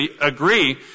agree